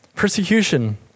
Persecution